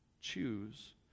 Choose